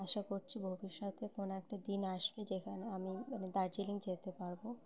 আশা করছি ভবিষ্যতে কোনো একটা দিন আসবে যেখানে আমি মানে দার্জিলিং যেতে পারবো